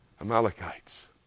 amalekites